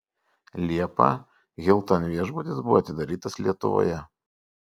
liepą hilton viešbutis buvo atidarytas lietuvoje